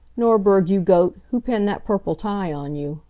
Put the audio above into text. norberg, you goat, who pinned that purple tie on you?